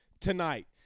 tonight